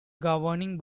governing